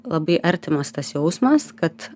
labai artimas tas jausmas kad